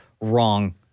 wrong